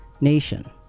nation